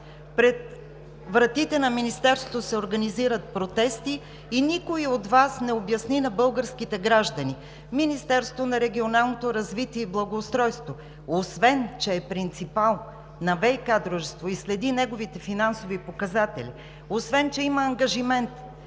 пред вратите на Министерството се организират протести и никой от Вас не обясни на българските граждани: Министерството на регионалното развитие и благоустройството, освен че е приципал на ВиК дружество и следи неговите финансови показатели, освен че има ангажимент